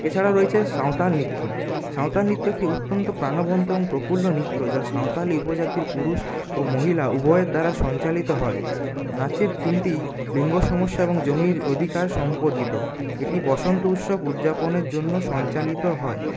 এছাড়াও রয়েছে সাঁওতাল নিত্য সাঁওতাল নৃত্য একটি অত্যন্ত প্রাণবন্ত এবং প্রফুল্ল নিত্য যা সাঁওতালি উপজাতির পুরুষ ও মহিলা উভয়ের দ্বারা সঞ্চালিত হয় নাচের থিমটি লিঙ্গ সমস্যা এবং জমির অধিকার সম্পর্কিত এটি বসন্ত উৎসব উদযাপনের জন্য সঞ্চালিত হয়